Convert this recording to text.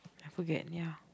I forget ya